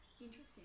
Interesting